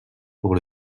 pour